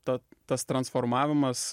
tad tas transformavimas